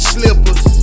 Slippers